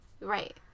right